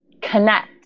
connect